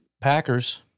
Packers